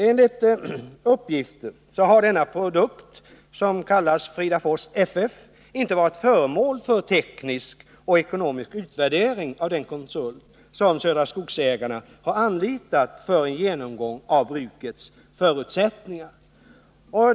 Enligt uppgifter har denna produkt, som kallas Fridafors FF, inte varit föremål för teknisk och ekonomisk utvärdering av den konsult som Södra Skogsägarna har anlitat för genomgång av brukets förutsättningar.